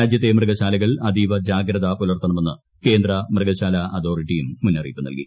രാജ്യത്തെ മൃഗശാലകൾ അതീവ ജാഗ്രത പുലർത്തണമെന്ന് കേന്ദ്ര മൃഗശാല അതോറിറ്റിയും മുന്നറിയിപ്പു നൽകി